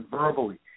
verbally